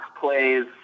plays